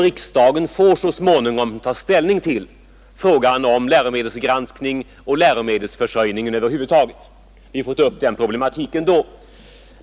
Riksdagen får så småningom ta ställning till frågan om läromedelsgranskning och läromedelsförsörjning över huvud taget. Vi får ta upp den problematiken då.